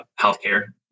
healthcare